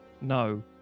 no